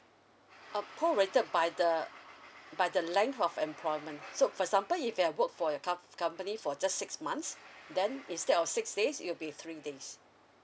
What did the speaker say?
uh prorated by the by the length of employment so for example if you have worked for your com~ company for just six months then instead of six days it will be three days